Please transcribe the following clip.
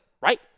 right